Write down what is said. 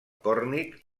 còrnic